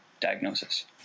diagnosis